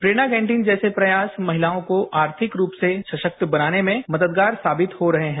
प्रेरणा canteen जैसे प्रयास महिताओं को आर्थिक रूप से सशक्त बनाने में मददगार साबित हो रहे हैं